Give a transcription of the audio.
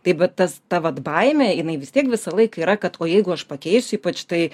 taip bet tas ta vat baimė jinai vis tiek visą laiką yra kad o jeigu aš pakeisiu ypač tai